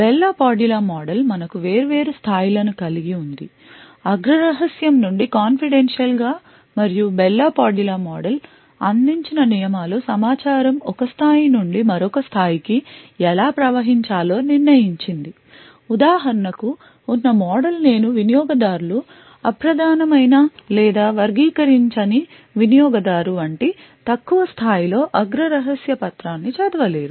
bell LaPadula model మనకు వేర్వేరు స్థాయిలను కలిగి ఉంది అగ్ర రహస్యం నుండి కాన్న్ఫిడెన్షియల్ గా మరియు బెల్ లా పాడులా మోడల్ అందించిన నియమాలు సమాచారం ఒక స్థాయి నుండి మరొక స్థాయికి ఎలా ప్రవహించాలో నిర్ణయించింది ఉదాహరణకు ఉన్న మోడల్ నేను వినియోగదారులు అప్రధానమైన లేదా వర్గీకరించని వినియోగ దారు వంటి తక్కువ స్థాయిలో అగ్ర రహస్య పత్రాన్ని చదవలేరు